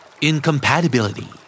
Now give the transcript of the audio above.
Incompatibility